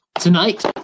tonight